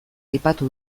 aipatu